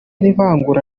n’ivangura